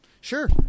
sure